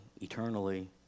eternally